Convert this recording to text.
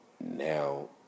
now